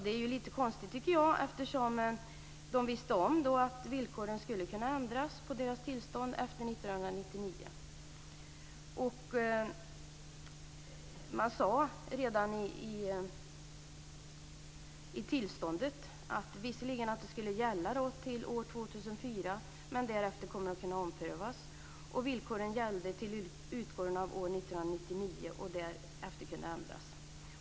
Det är lite konstigt, tycker jag, eftersom de visste om att villkoren för deras tillstånd skulle kunna ändras efter 1999. Det sades redan i tillståndet att det visserligen skulle gälla till år 2004 men att det därefter kunde omprövas. Villkoren gällde till utgången av år 1999 och kunde därefter ändras.